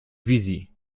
wizji